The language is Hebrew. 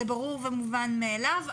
זה ברור ומובן מאליו.